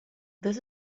this